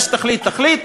מה שתחליט, תחליט.